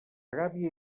gàbia